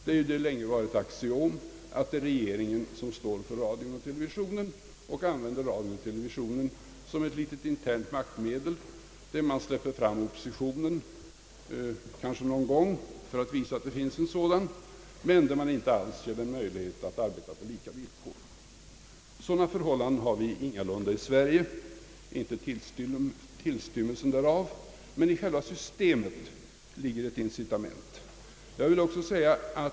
Där har det ju länge varit ett axiom att det är regeringen som står för radio och TY och använder radio och TV som ett internt maktmedel, där man kanske släpper fram oppositionen någon gång för att visa att det finns en sådan, men där man inte alls ger den möjlighet att arbeta på lika villkor. Sådana förhållanden har vi ingalunda i Sverige, inte en tillstymmelse därav, men i själva systemet ligger ett incitament.